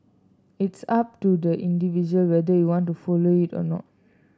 it's up to the individual whether you want to follow it or not